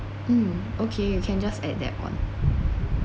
mm okay you can just add that on